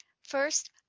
First